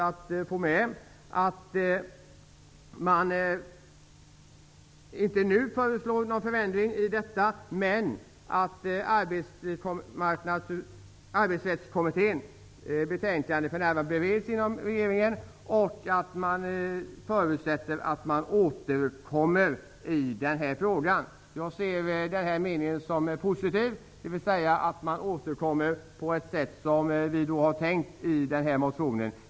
Man föreslår inte nu någon förändring, men man säger att Arbetsrättskommitténs betänkande bereds inom regeringen, och man förutsätter att regeringen återkommer i frågan. Jag ser den meningen som positiv och räknar med att man återkommer på det sätt vi har tänkt i motionen.